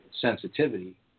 sensitivity